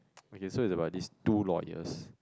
okay so is about this two lawyers